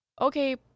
okay